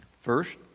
First